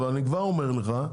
אבל אני כבר אומר לך,